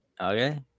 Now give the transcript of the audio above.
Okay